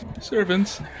servants